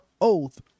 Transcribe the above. oath